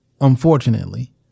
unfortunately